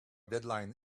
deadline